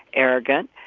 arrogant.